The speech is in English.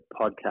podcast